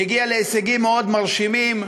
מגיע להישגים מאוד מרשימים.